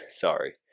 Sorry